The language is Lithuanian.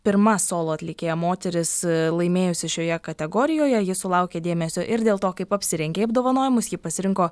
pirma solo atlikėja moteris laimėjusi šioje kategorijoje ji sulaukė dėmesio ir dėl to kaip apsirengė į apdovanojimus ji pasirinko